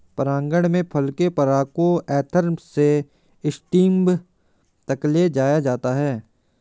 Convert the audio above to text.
परागण में फल के पराग को एंथर से स्टिग्मा तक ले जाया जाता है